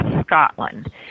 Scotland